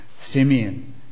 Simeon